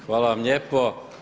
Hvala vam lijepo.